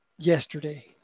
yesterday